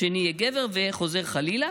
השני יהיה גבר וחוזר חלילה.